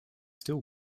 still